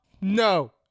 no